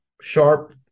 sharp